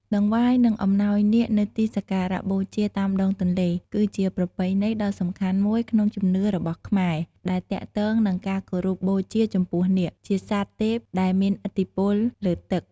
តង្វាយ និងអំណោយនាគនៅទីសក្ការៈបូជាតាមដងទន្លេ គឺជាប្រពៃណីដ៏សំខាន់មួយក្នុងជំនឿរបស់ខ្មែរ ដែលទាក់ទងនឹងការគោរពបូជាចំពោះនាគ ជាសត្វទេពដែលមានឥទ្ធិពលលើទឹក។